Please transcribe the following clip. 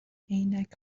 عینک